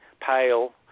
pale